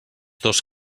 dos